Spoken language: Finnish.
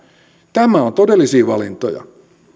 nämä ovat todellisia valintoja